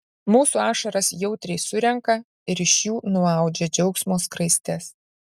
mūsų ašaras jautriai surenka ir iš jų nuaudžia džiaugsmo skraistes